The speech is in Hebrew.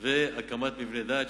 ובהקמת מבני דת.